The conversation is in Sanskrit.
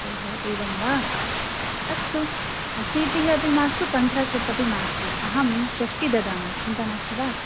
ओहो एवं वा अस्तु अशीतिः अपि मास्तु पञ्चाशत् अपि मास्तु अहं षष्टिः ददामि चिन्ता नास्ति वा